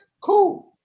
cool